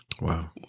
Wow